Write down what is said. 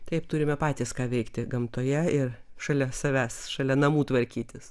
taip turime patys ką veikti gamtoje ir šalia savęs šalia namų tvarkytis